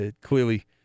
clearly